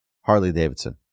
Harley-Davidson